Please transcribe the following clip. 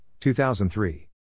2003